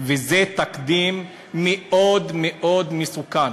וזה תקדים מאוד מאוד מסוכן.